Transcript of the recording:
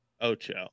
Ocho